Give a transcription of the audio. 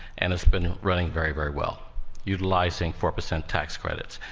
and it's been running very, very well utilizing four percent tax credits.